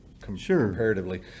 comparatively